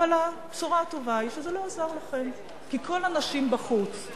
אבל השאלה היא רק אם המשנה לראש הממשלה מסכים לשנות בחזרה את סדר-היום,